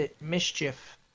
mischief